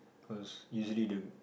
cause usually the